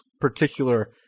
particular